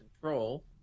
Control